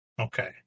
Okay